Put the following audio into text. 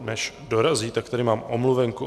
Než dorazí, tak tady mám omluvenku.